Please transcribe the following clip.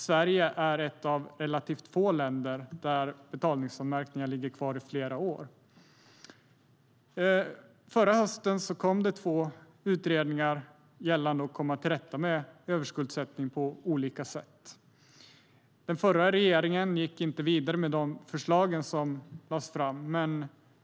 Sverige är ett av relativt få länder där betalningsanmärkningar ligger kvar i flera år. Förra hösten kom det två utredningar gällande att komma till rätta med överskuldsättning på olika sätt. Den förra regeringen gick inte vidare med de förslag som lades fram.